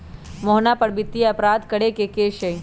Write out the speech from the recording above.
मोहना पर वित्तीय अपराध करे के केस हई